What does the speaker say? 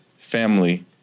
family